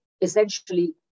essentially